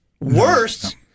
Worst